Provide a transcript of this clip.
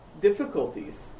difficulties